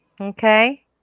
Okay